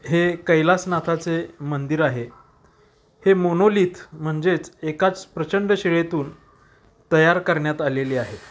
हे कैलासनाथाचे मंदिर आहे हे मोनोलिथ म्हणजेच एकाच प्रचंड शिळेतून तयार करण्यात आलेले आहे